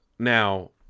Now